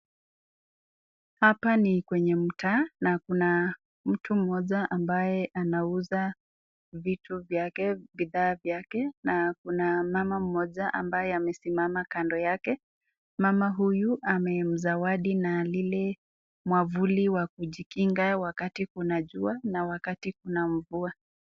Hapa ni kwenye mtaa na kuna mtu mmoja ambaye anauza vitu vyake, bidhaa vyake na kuna mama mmoja ambaye amesimama kando yake. Mama huyu amemzawadi na lile mwavuli wa kujikinga wakati kuna jua na wakati kuna mvua.